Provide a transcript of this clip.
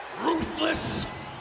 Ruthless